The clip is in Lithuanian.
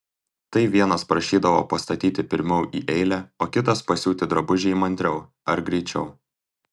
tai vienas prašydavo pastatyti pirmiau į eilę o kitas pasiūti drabužį įmantriau ar greičiau